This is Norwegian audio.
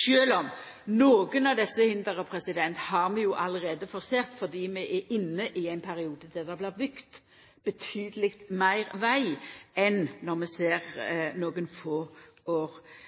sjølv om nokre av desse hindra allereie er forserte, fordi vi er inne i ein periode der det blir bygd betydeleg meir veg enn for nokre få år